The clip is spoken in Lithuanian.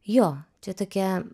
jo čia tokia